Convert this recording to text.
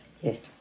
Yes